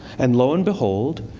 and lo and behold,